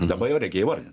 dabar jau reikia įvardint